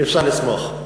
אי-אפשר לסמוך.